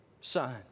son